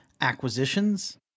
acquisitions